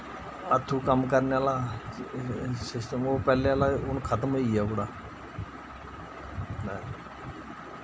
हत्थु कम्म करने आह्ला सिस्टम ओह् पैह्ले आह्ला हू'न खत्म होइया ओह्कड़ा ते